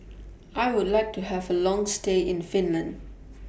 I Would like to Have A Long stay in Finland